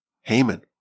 Haman